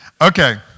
Okay